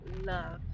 love